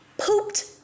pooped